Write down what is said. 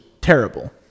terrible